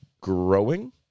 growing